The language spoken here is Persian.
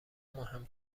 مهم